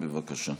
בבקשה.